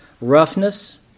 roughness